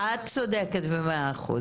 את צודקת במאה אחוז.